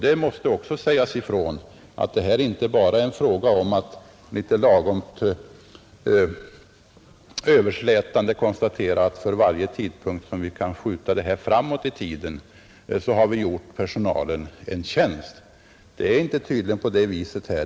Det måste också sägas ifrån att det här inte bara är en fråga om att lagom överslätande konstatera att för varje dag vi kan skjuta omorganisationen framåt i tiden har vi gjort personalen en tjänst. Det är inte på det viset.